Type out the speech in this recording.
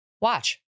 Watch